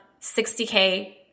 60K